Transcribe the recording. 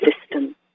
system